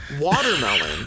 watermelon